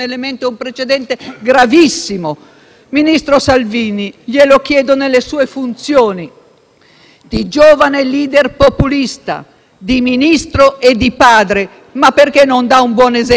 di giovane *leader* populista, di Ministro e di padre. Ma perché non dà un buon esempio? Si faccia processare. Rispetti il tribunale e accetti di essere giudicato